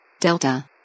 Delta